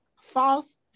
false